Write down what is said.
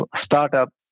startup